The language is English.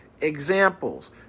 examples